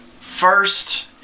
First